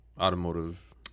automotive